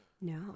No